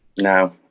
No